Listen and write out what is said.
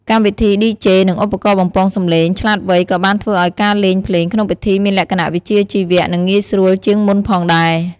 កម្មវិធីឌីជេ និងឧបករណ៍បំពងសម្លេងឆ្លាតវៃក៏បានធ្វើឱ្យការលេងភ្លេងក្នុងពិធីមានលក្ខណៈវិជ្ជាជីវៈ និងងាយស្រួលជាងមុនផងដែរ។